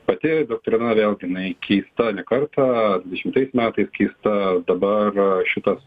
pati doktrina vėl gi jinai keista ne kartą dvidešimtais metais keista dabar šitas